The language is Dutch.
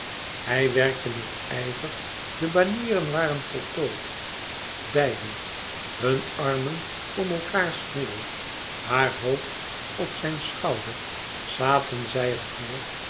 hij werkte met ijver de banieren waren voltooid beiden hunne armen om elkaârs middel haar hoofd op zijn schouder zaten zij